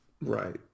Right